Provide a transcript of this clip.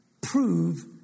Prove